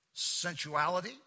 sensuality